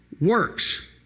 works